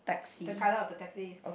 the colour of the taxi is